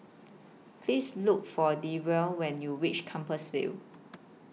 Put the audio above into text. Please Look For Denver when YOU REACH Compassvale